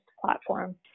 platform